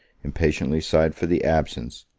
impatiently sighed for the absence,